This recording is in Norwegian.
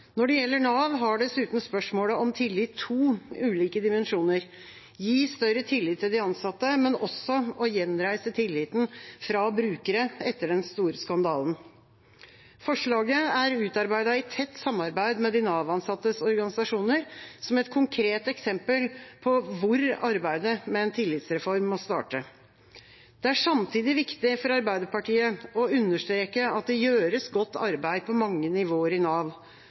Når det gjelder Nav, har dessuten spørsmålet om tillit to ulike dimensjoner – gi større tillit til de ansatte, men også å gjenreise tilliten fra brukere etter den store skandalen. Forslaget er utarbeidet i tett samarbeid med de Nav-ansattes organisasjoner, som et konkret eksempel på hvor arbeidet med en tillitsreform må starte. Det er samtidig viktig for Arbeiderpartiet å understreke at det gjøres godt arbeid på mange nivåer i Nav.